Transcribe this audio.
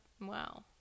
wow